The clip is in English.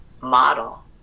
model